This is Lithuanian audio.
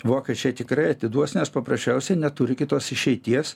vokiečiai tikrai atiduos nes paprasčiausiai neturi kitos išeities